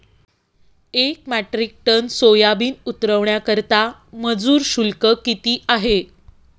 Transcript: एक metric ton soybean उतरवण्याकरता मजूर शुल्क किती आहे?